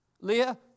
Leah